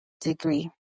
degree